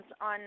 on